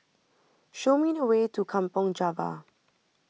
show me the way to Kampong Java